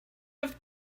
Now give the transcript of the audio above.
have